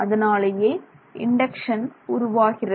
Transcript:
அதனாலேயே இண்டக்சன் உருவாகிறது